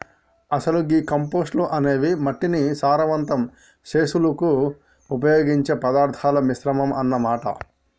అసలు గీ కంపోస్టు అనేది మట్టిని సారవంతం సెసులుకు ఉపయోగించే పదార్థాల మిశ్రమం అన్న మాట